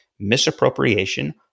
misappropriation